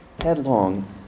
headlong